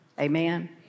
Amen